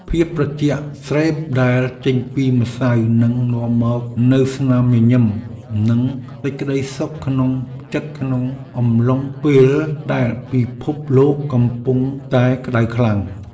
ភាពត្រជាក់ស្រេបដែលចេញពីម្សៅនឹងនាំមកនូវស្នាមញញឹមនិងសេចក្តីសុខក្នុងចិត្តក្នុងអំឡុងពេលដែលពិភពលោកកំពុងតែក្តៅខ្លាំង។